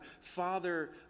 father